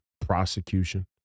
prosecution